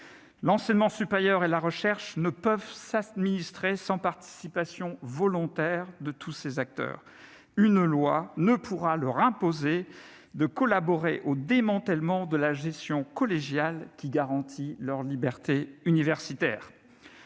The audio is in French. L'enseignement supérieur et la recherche ne peuvent s'administrer sans la participation volontaire de tous ses acteurs. Une loi ne pourra leur imposer de collaborer au démantèlement de la gestion collégiale, qui garantit leurs libertés universitaires.